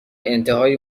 انتهای